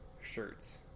shirts